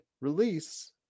release